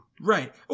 Right